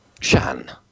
Shan